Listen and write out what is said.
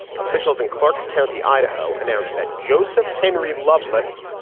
officials in clark county, idaho, announced that joseph henry, loveless,